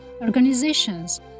organizations